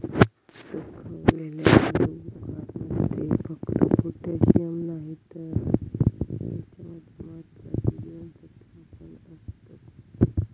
सुखवलेल्या आलुबुखारमध्ये फक्त पोटॅशिअम नाही तर त्याच्या मध्ये महत्त्वाची जीवनसत्त्वा पण असतत